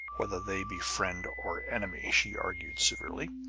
whether they be friend or enemy? she argued severely,